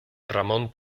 ramón